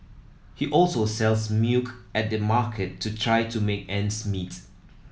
he also sells milk at the market to try to make ends meet